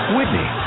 Whitney